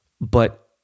But-